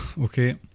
okay